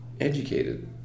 educated